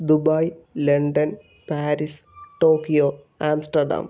Dubai London Paris Tokyo Amsterdam